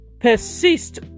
persist